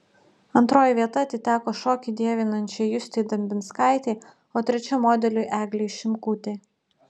antroji vieta atiteko šokį dievinančiai justei dambinskaitei o trečia modeliui eglei šimkutei